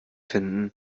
finden